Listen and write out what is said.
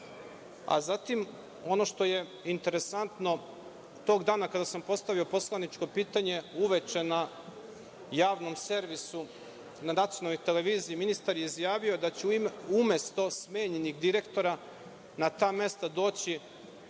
ono što je interesantno, tog dana kada sam postavio poslaničko pitanje, uveče na javnom servisu, na Nacionalnoj televiziji ministar je izjavio da će umesto smenjenih direktora na ta mesta doći